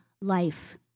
life